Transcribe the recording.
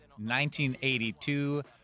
1982